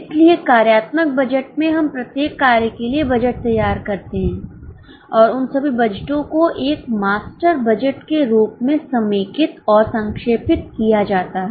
इसलिए कार्यात्मक बजट में हम प्रत्येक कार्य के लिए बजट तैयार करते हैं और उन सभी बजटों को एक मास्टर बजट के रूप में समेकित और संक्षेपित किया जाता है